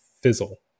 fizzle